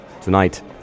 tonight